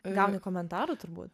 gauni komentarų turbūt